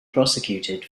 prosecuted